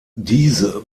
diese